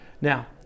Now